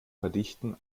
verdichten